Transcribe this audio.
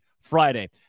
Friday